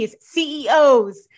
CEOs